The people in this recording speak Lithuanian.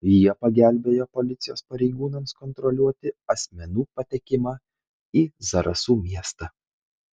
jie pagelbėjo policijos pareigūnams kontroliuoti asmenų patekimą į zarasų miestą